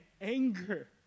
anger